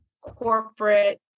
corporate